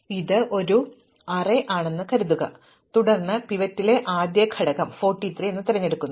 അതിനാൽ ഇത് എന്റെ അറേ ആണെന്ന് കരുതുക തുടർന്ന് ഞാൻ പിവറ്റിലെ ആദ്യത്തെ ഘടകം 43 എന്ന് തിരഞ്ഞെടുക്കുന്നു